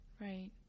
Right